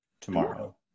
tomorrow